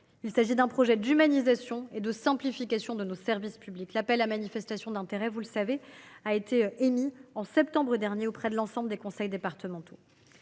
Il s’agit d’un projet d’humanisation et de simplification de nos services publics. L’appel à manifestation d’intérêt a été publié, en septembre dernier, auprès de l’ensemble des conseils départementaux.